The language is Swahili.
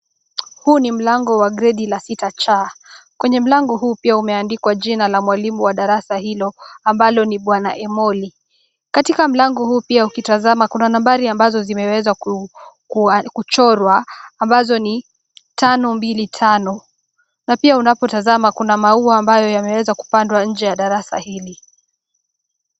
Huuni mlango wa gredi la 6C. Kwenye mlango huu pia umeandikwa jina la mwalimu wa darasa hilo ambalo ni Bwana Emoli. Katika mlango huu pia ukitazama kuna nambari ambazo zimeweza kuchorwa ambazo ni 525, na pia unapotazama kuna maua ambayo yameweza kupandwa nje ya darasa hili.